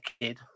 kid